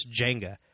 Jenga